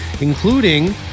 including